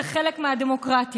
זה חלק מהדמוקרטיה,